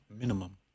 Minimum